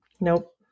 Nope